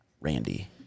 Randy